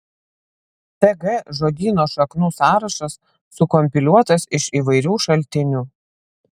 tg žodyno šaknų sąrašas sukompiliuotas iš įvairių šaltinių